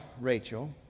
Rachel